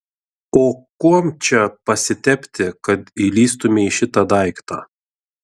o kuom čia pasitepti kad įlįstumei į šitą daiktą